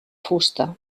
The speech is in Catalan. fusta